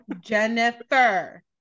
Jennifer